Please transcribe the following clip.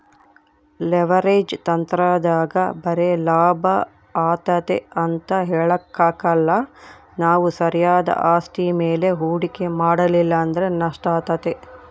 leverage ತಂತ್ರದಾಗ ಬರೆ ಲಾಭ ಆತತೆ ಅಂತ ಹೇಳಕಾಕ್ಕಲ್ಲ ನಾವು ಸರಿಯಾದ ಆಸ್ತಿ ಮೇಲೆ ಹೂಡಿಕೆ ಮಾಡಲಿಲ್ಲಂದ್ರ ನಷ್ಟಾತತೆ